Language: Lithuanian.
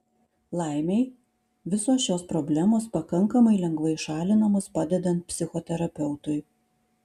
laimei visos šios problemos pakankamai lengvai šalinamos padedant psichoterapeutui